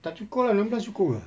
tak cukup lah enam belas cukup ke